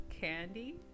candy